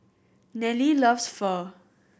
Nelly loves Pho